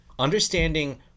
understanding